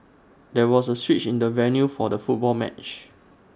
there was A switch in the venue for the football match